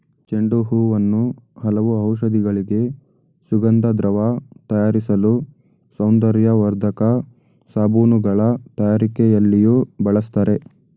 ಚೆಂಡು ಹೂವನ್ನು ಹಲವು ಔಷಧಿಗಳಿಗೆ, ಸುಗಂಧದ್ರವ್ಯ ತಯಾರಿಸಲು, ಸೌಂದರ್ಯವರ್ಧಕ ಸಾಬೂನುಗಳ ತಯಾರಿಕೆಯಲ್ಲಿಯೂ ಬಳ್ಸತ್ತರೆ